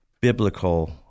biblical